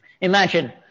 Imagine